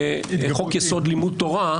שחוק-יסוד לימוד תורה